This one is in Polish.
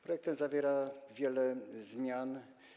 Projekt ten zawiera wiele zmian.